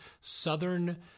Southern